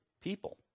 people